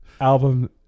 album